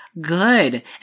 good